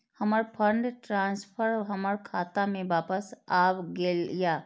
हमर fund transfer हमर खाता में वापस आब गेल या